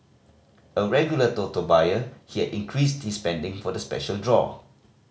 a regular Toto buyer he had increased his spending for the special draw